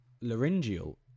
Laryngeal